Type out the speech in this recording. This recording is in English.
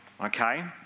okay